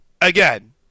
again